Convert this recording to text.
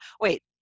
Wait